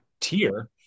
tier